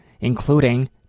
including